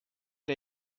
der